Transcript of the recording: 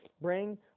Bring